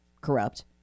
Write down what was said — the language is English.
corrupt